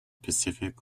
pacific